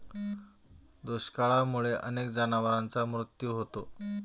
दुष्काळामुळे अनेक जनावरांचा मृत्यू होतो